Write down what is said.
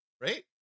right